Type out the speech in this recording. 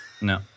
No